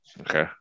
Okay